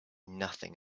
nothing